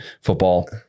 football